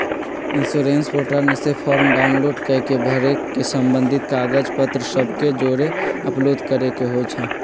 insurance portal से form download कऽ के भर के संबंधित कागज पत्र सभ के जौरे अपलोड करेके होइ छइ